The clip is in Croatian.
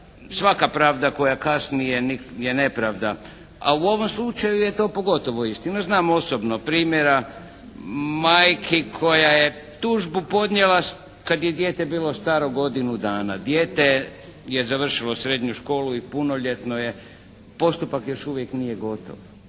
svaka pravda koja kasnije je nepravda, a u ovom slučaju je to pogotovo istina. Znam osobno primjera majki koja je tužbu podnijela kad je dijete bilo staro godinu dana. Dijete je završilo srednju školu i punoljetno je. Postupak još uvijek nije gotov.